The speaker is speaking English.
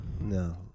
No